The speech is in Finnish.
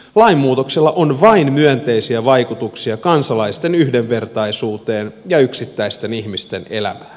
lainmuutoksella on vain myönteisiä vaikutuksia kansalaisten yhdenvertaisuuteen ja yksittäisten ihmisten elämään